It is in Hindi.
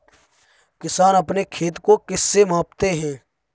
किसान अपने खेत को किससे मापते हैं?